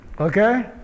Okay